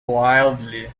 wildly